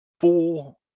four